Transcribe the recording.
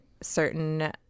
certain